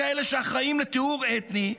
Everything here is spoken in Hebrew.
ובהם כאלה שאחראים לטיהור אתני,